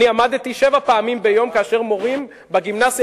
אני עמדתי שבע פעמים ביום כאשר מורים בגימנסיה